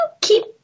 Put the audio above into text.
keep